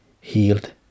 healed